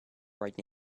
right